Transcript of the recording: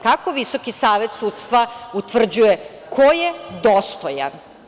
Kako Visoki savet sudstva utvrđuje ko je dostojan?